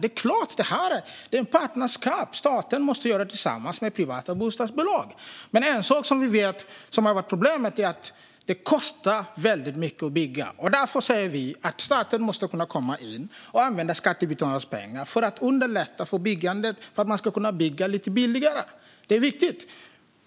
Det är klart att det är ett partnerskap och att staten måste göra det tillsammans med privata bostadsbolag. En sak som vi vet har varit ett problem är att det kostar mycket att bygga. Därför säger vi att staten måste kunna komma in och använda skattebetalarnas pengar för att underlätta byggandet så att man kan bygga lite billigare. Det är viktigt.